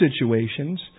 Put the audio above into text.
situations